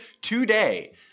today